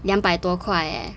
两百多块 eh